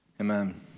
Amen